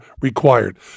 required